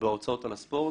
בהוצאות על הספורט,